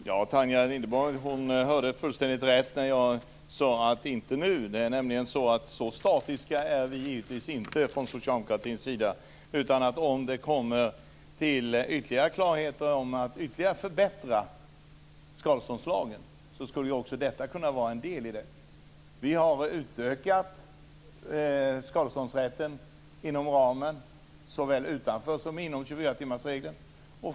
Herr talman! Tanja Linderborg hörde fullständigt rätt. Jag sade: Inte nu! Så statiska är vi socialdemokrater givetvis inte. Om det kommer till ytterligare klarheter om att ytterligare förbättra skadeståndslagen skulle också detta kunna vara en del i det. Vi har utökat skadeståndsrätten inom ramen, såväl utanför som inom 24-timmarsregeln.